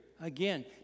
again